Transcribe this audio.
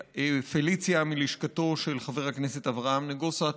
ופליציה מלשכתו של חבר הכנסת אברהם נגוסה.